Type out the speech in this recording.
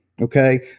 Okay